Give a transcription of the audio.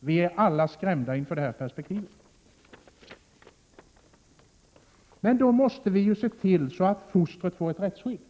Vi är alla skrämda inför detta perspektiv. Men då måste vi ju se till så att fostret får ett rättsskydd!